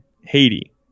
Haiti